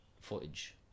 footage